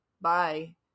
Bye